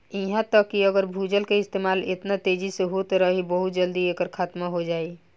इहा तक कि अगर भूजल के इस्तेमाल एतना तेजी से होत रही बहुत जल्दी एकर खात्मा हो जाई